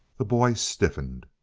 the boy stiffened.